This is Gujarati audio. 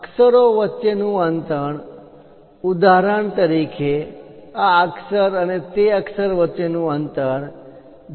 અક્ષરો વચ્ચેનુ અંતર ઉદાહરણ તરીકે આ અક્ષર અને તે અક્ષર વચ્ચેનુ અંતર 0